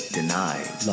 denied